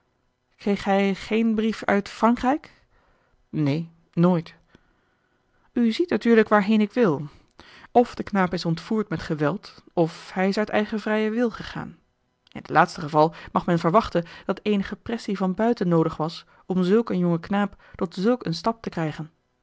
kreeg hij geen brief uit frankrijk neen nooit u ziet natuurlijk waarheen ik wil of de knaap is ontvoerd met geweld of hij is uit eigen vrijen wil gegaan in het laatste geval mag men verwachten dat eenige pressie van buiten noodig was om zulk een jongen knaap tot zulk een stap te krijgen